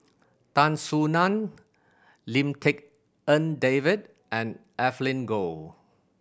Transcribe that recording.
Tan Soo Nan Lim Tik En David and Evelyn Goh